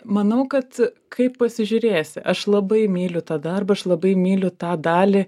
manau kad kaip pasižiūrėsi aš labai myliu tą darbą aš labai myliu tą dalį